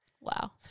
Wow